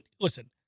listen